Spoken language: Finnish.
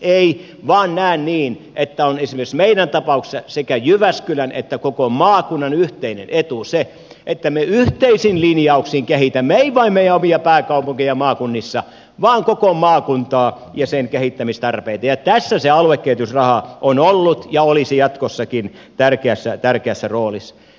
ei vaan näen niin että on esimerkiksi meidän tapauksessamme sekä jyväskylän että koko maakunnan yhteinen etu se että me yhteisin linjauksin kehitämme ei vain meidän omia pääkaupunkejamme maakunnissa vaan koko maakuntaa ja sen kehittämistarpeita ja tässä se aluekehitysraha on ollut ja olisi jatkossakin tärkeässä roolissa